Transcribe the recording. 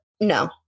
no